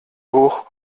hoch